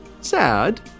sad